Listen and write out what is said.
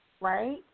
right